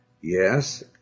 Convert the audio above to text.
Yes